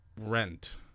Rent